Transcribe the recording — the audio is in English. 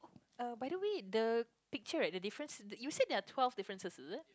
uh by the way the picture right the difference you said there are twelve differences is it